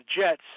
Jets